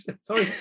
Sorry